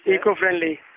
Eco-friendly